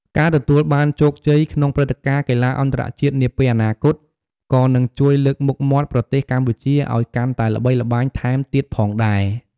ការទទួលបានជោគជ័យក្នុងព្រឹត្តិការណ៍កីឡាអន្តរជាតិនាពេលអនាគត ក៏នឹងជួយលើកមុខមាត់ប្រទេសកម្ពុជាឱ្យកាន់តែល្បីល្បាញថែមទៀតផងដែរ។